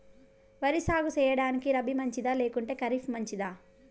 వరి సాగు సేయడానికి రబి మంచిదా లేకుంటే ఖరీఫ్ మంచిదా